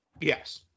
Yes